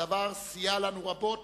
הדבר סייע לנו רבות